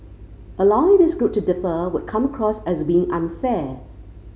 allowing this group to defer would come across as being unfair